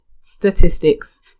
statistics